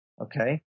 Okay